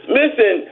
listen